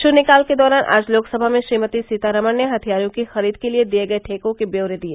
शन्यकाल के दौरान आज लोकसभा में श्रीमती सीतारमण ने हथियारों की खरीद के लिए दिए गए ठेकों के ब्यौरे दिए